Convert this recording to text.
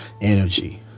energy